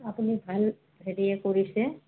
আপুনি ভাল হেৰিয়ে কৰিছে